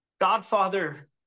Godfather